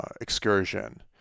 excursion